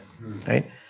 Right